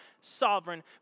sovereign